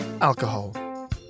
alcohol